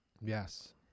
Yes